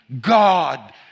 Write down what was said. God